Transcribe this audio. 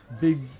Big